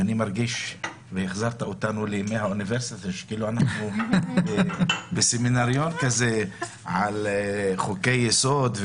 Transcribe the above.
החזרתי אותנו לימי האוניברסיטה כאילו אנחנו בסמינריון על חוקי יסוד.